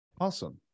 Awesome